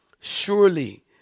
Surely